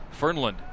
Fernland